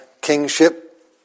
kingship